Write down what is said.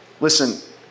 Listen